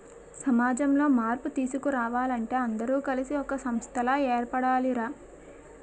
సమాజంలో మార్పు తీసుకురావాలంటే అందరూ కలిసి ఒక సంస్థలా ఏర్పడాలి రా